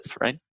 right